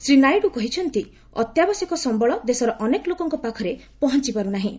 ଶ୍ରୀ ନାଇଡୁ କହିଛନ୍ତି ଅତ୍ୟାବଶ୍ୟକ ସମ୍ଭଳ ଦେଶର ଅନେକ ଲୋକଙ୍କ ପାଖରେ ପହଞ୍ଚପାରୁ ନାହିଁ